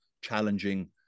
challenging